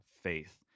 faith